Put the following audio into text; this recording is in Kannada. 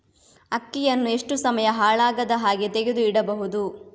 ಅಕ್ಕಿಯನ್ನು ಎಷ್ಟು ಸಮಯ ಹಾಳಾಗದಹಾಗೆ ತೆಗೆದು ಇಡಬಹುದು?